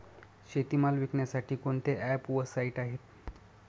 शेतीमाल विकण्यासाठी कोणते ॲप व साईट आहेत?